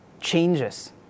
changes